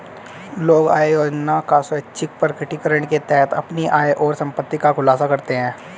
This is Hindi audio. लोग आय योजना का स्वैच्छिक प्रकटीकरण के तहत अपनी आय और संपत्ति का खुलासा करते है